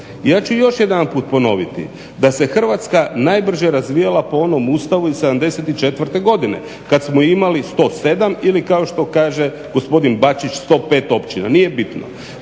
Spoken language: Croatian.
Ja ću još jedanput ponoviti da se Hrvatska najbrže razvijala po onome Ustavu i 1974. godine kad smo imali 107 ili kao što kaže gospodin Bačić 105 općina. Nije bitno.